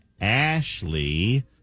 Ashley